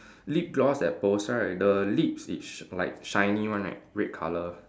lip gloss that poster right the lips is like shiny one right red colour